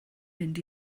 mynd